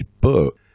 book